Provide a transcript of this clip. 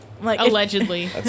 Allegedly